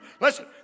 Listen